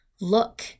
look